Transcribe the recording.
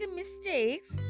mistakes